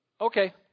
Okay